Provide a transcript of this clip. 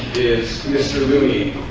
is mr. rooney